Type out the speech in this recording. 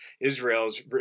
Israel's